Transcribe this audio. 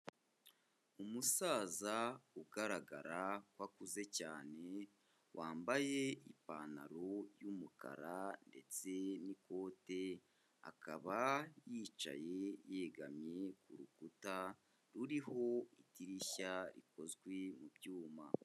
Umusaza ugaragara ko akuze cyane, wambaye ipantaro y'umukara ndetse n'ikote, akaba yicaye yegamye ku rukuta, ruriho idirishya rikozwe mu byuma.